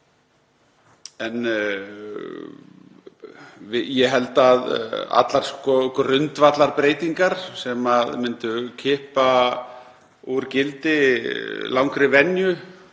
Ég held að allar grundvallarbreytingar sem myndu kippa úr gildi langri venju